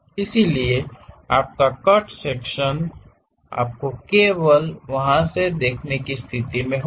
इसलिए आपका cut section आपको केवल वहां से देखने की स्थिति में होगा